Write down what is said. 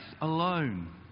alone